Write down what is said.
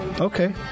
Okay